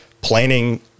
planning